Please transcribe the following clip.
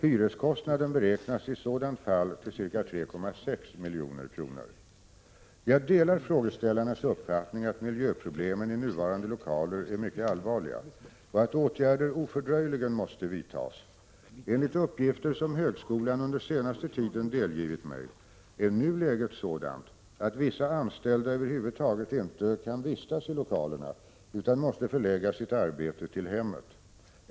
Hyreskostnaden beräknas i sådant fall till ca 3,6 milj.kr. Jag delar frågeställarnas uppfattning att miljöproblemen i nuvarande lokaler är mycket allvarliga och att åtgärder ofördröjligen måste vidtas.. Enligt uppgifter som högskolan under senaste tiden delgivit mig är nu läget sådant, att vissa anställda över huvud taget inte kan vistas i lokalerna utan måste förlägga sitt arbete till hemmet.